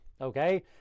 okay